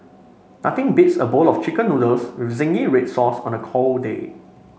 nothing beats a bowl of chicken noodles with zingy red sauce on a cold day